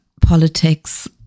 politics